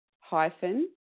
hyphen